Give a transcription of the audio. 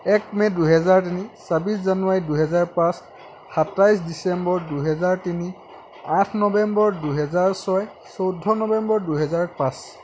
এক মে' দুহেজাৰ তিনি ছাব্বিছ জানুৱাৰী দুহেজাৰ পাঁচ সাতাইছ ডিচেম্বৰ দুহেজাৰ তিনি আঠ নৱেম্বৰ দুহেজাৰ ছয় চৈধ্য় নৱেম্বৰ দুহেজাৰ পাঁচ